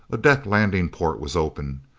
a deck landing port was open.